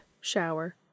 shower